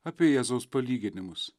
apie jėzaus palyginimus